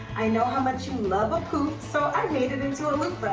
i know how much you love apu, so i made it into a loofah,